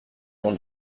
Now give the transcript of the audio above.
cent